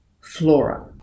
Flora